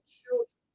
children